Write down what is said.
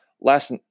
Last